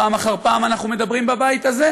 פעם אחר פעם אנחנו מדברים בבית הזה,